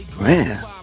Man